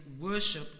worship